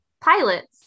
Pilots